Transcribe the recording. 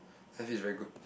then I feel is very good